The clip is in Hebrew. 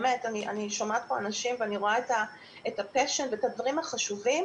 אני שומעת פה אנשים ואת הלהט והדברים החשובים.